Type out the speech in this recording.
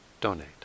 donate